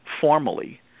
formally